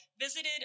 visited